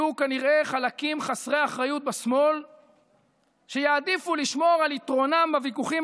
יהיו כנראה חלקים חסרי אחריות בשמאל שיעדיפו לשמור על יתרונם בוויכוחים